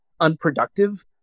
unproductive